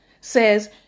says